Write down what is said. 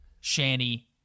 Shanny